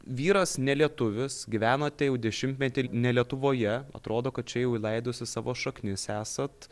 vyras nelietuvis gyvenote jau dešimtmetį ne lietuvoje atrodo kad čia jau įleidusi savo šaknis esat